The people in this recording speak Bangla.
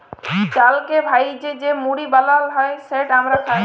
চালকে ভ্যাইজে যে মুড়ি বালাল হ্যয় যেট আমরা খাই